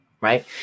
Right